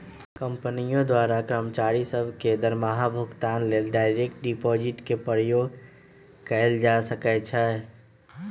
कंपनियों द्वारा कर्मचारि सभ के दरमाहा भुगतान लेल डायरेक्ट डिपाजिट के प्रयोग कएल जा सकै छै